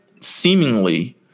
seemingly